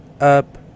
up